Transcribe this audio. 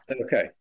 Okay